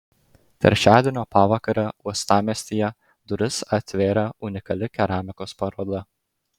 trečiadienio pavakarę uostamiestyje duris atvėrė unikali keramikos paroda